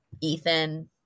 Ethan